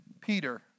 Peter